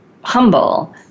humble